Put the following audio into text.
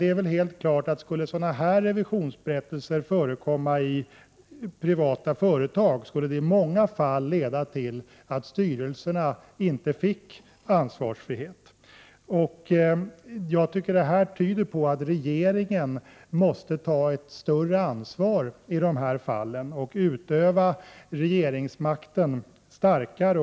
Det är dock helt klart att skulle sådana här revisionsberättelser förekomma i privata företag, skulle det i många fall leda till att styrelserna inte fick ansvarsfrihet. Jag tycker att detta tyder på att regeringen måste ta ett större ansvar i dessa fall och utöva regeringsmakten starkare.